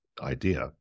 idea